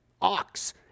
ox